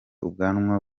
ubwanwa